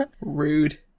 Rude